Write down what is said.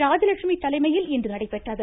ராஜலெட்சுமி தலைமையில் இன்று நடைபெற்றது